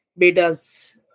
betas